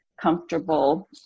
comfortable